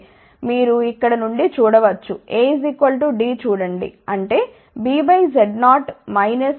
మీరు ఇక్కడ నుండి చూడ వచ్చు A D చూడండి అంటే B Z0 CZ0 0